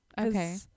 Okay